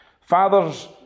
Fathers